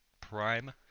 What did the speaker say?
Prime